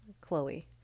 Chloe